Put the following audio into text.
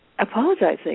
Apologizing